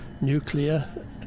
nuclear